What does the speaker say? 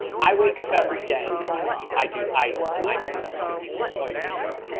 i wake up every day i do i i mean this all you gonna make me cry